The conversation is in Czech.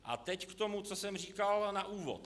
A teď k tomu, co jsem říkal na úvod.